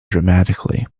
dramatically